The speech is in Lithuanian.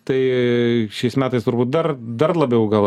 tai šiais metais turbūt dar dar labiau gal